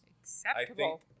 Acceptable